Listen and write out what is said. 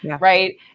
right